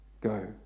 go